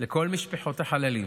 לכל משפחות החללים: